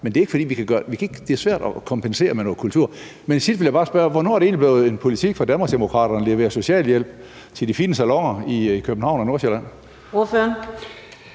Men det er svært at kompensere med noget kultur. Til sidst vil jeg bare spørge: Hvornår er det egentlig blevet politik for Danmarksdemokraterne at levere socialhjælp til de fine saloner i København og Nordsjælland? Kl.